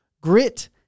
Grit